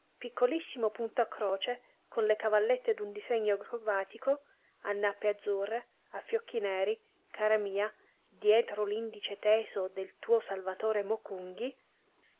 piccolissimo punto a croce con le cavallette d'un disegno acrobatico a nappe azzurre a fiocchi neri cara mia dietro l'indice teso del tuo salvatore